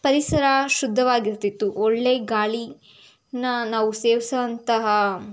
ಪರಿಸರ ಶುದ್ಧವಾಗಿ ಇರ್ತಿತ್ತು ಒಳ್ಳೆಯ ಗಾಳಿನಾ ನಾವು ಸೇವಿಸೋಂತಹ